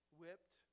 whipped